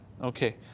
Okay